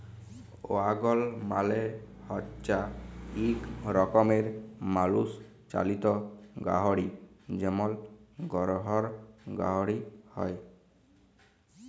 ওয়াগল মালে হচ্যে ইক রকমের মালুষ চালিত গাড়হি যেমল গরহুর গাড়হি হয়